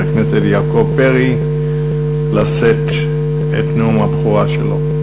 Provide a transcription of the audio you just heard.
הכנסת יעקב פרי לשאת את נאום הבכורה שלו.